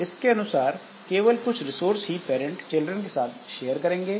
इसके अनुसार केवल कुछ रिसोर्स ही पेरेंट चिल्ड्रन के साथ शेयर करेंगे